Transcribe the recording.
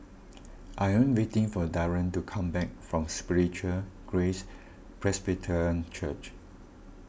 I am waiting for Darion to come back from Spiritual Grace Presbyterian Church